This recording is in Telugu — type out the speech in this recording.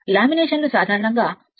లామినేషన్లు సాధారణంగా 0